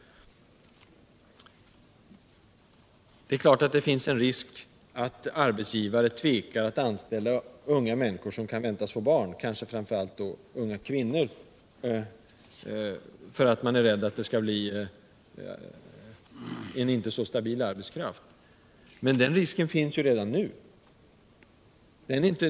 Det är klart att det finns en risk för att arbetsgivare tvekar att anställa unga människor som kan väntas få barn — kanske framför allt då unga kvinnor —- därför att de är rädda för att den arbetskraften inte skall vara så stabil. Men den risken finns redan nu.